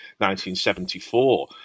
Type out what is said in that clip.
1974